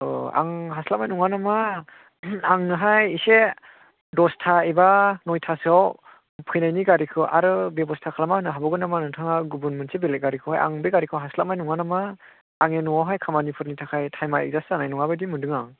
अ आं हास्लाबनाय नङा नामा आंनोहाय एसे दसथा एबा नयथासोआव फैनायनि गारिखौ आरो बेबस्ता खालामनानै होनो हाबावगोन नामा नोंथाङा गुबुन मोनसे बेलेक गारिखौहाय आं बे गारिखौ हास्लाबनाय नङा नामा आंनि न'आवहाय खामानिफोरनि थाखाय टाइमा एदजास्त जानाय नङा बायदि मोनदों आं